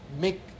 make